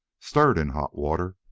stirred in hot water,